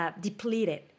depleted